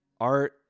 art